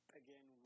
again